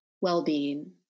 well-being